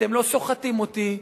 אתם לא סוחטים אותי,